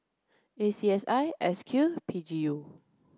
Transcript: A C S I S Q P G U